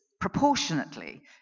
proportionately